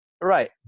Right